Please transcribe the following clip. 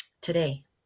today